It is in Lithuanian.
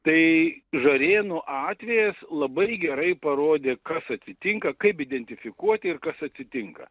tai žarėnų atvejas labai gerai parodė kas atsitinka kaip identifikuoti ir kas atsitinka